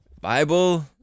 Bible